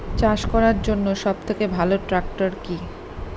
চাষ করার জন্য সবথেকে ভালো ট্র্যাক্টর কি?